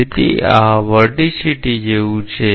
તેથી આ વર્ટિસિટી જેવું છે